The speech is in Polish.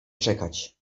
czekać